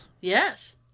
Yes